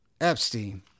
Epstein